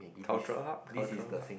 cultural hub cultural hub